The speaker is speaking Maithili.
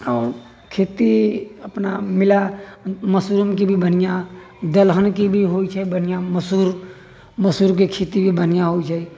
आओर खेती अपना मिला मशरूम के भी बढ़िऑं दलहन के भी होइ छै बढ़िऑं मसूर मसूर के खेती भी बढ़िऑं होइ छै